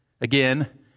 Again